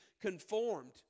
conformed